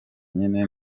nyine